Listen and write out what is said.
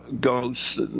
ghosts